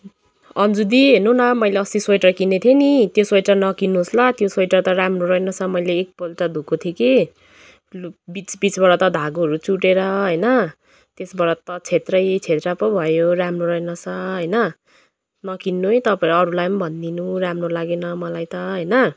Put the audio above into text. अञ्जु दी हेर्नु न मैले अस्ति स्वेटर किनेको थिएँ नि त्यो स्वेटर नकिन्नुहोस् ल त्यो स्वेटर त राम्रो रहेन रहेछ मैले एकपल्ट धोएको थिएँ कि बिचबिचबाट त धागोहरू चुँडिएर होइन त्यसबाट त छ्यान्द्रै छ्यान्द्रा पो भयो राम्रो रहेनछ होइन नकिन्नु है तपाईँले अरूलाई पनि भनिदिनु राम्रो लागेन मलाई त होइन